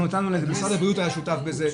משרד הבריאות היה שותף בזה,